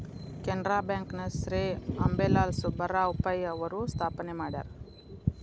Canara bank ನ ಶ್ರೇ ಅಂಬೇಲಾಲ್ ಸುಬ್ಬರಾವ್ ಪೈ ಅವರು ಸ್ಥಾಪನೆ ಮಾಡ್ಯಾರ